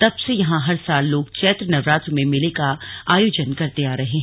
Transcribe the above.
तब से यहां हर साल लोग चैत्र नवरात्रि में मेले का आयोजन करते आ रहे हैं